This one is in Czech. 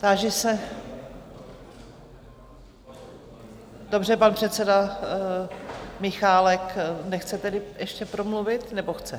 Táži se... dobře, pan předseda Michálek nechce tedy ještě promluvit, nebo chce?